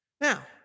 Now